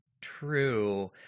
true